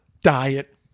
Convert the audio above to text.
diet